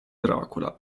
dracula